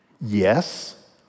Yes